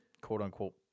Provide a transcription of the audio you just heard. quote-unquote